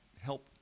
help